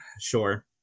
sure